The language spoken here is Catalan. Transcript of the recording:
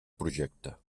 projecte